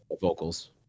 vocals